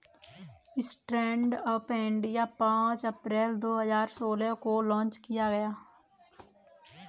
stand up India पांच अप्रैल दो हजार सोलह को लॉन्च किया गया